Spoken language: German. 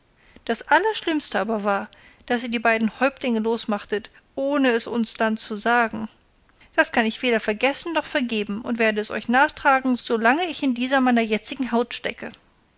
der allerschlimmste aber war der daß ihr die beiden häuptlinge losmachtet ohne es uns dann zu sagen das kann ich weder vergessen noch vergeben und werde es euch nachtragen so lange ich in dieser meiner jetzigen haut stecke